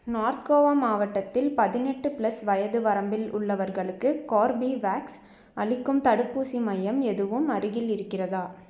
north Goa மாவட்டத்தில் பதினெட்டு plus வயது வரம்பில் உள்ளவர்களுக்கு கார்பிவேக்ஸ் அளிக்கும் தடுப்பூசி மையம் எதுவும் அருகில் இருக்கிறதா